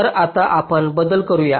तर आता आपण बदल करू या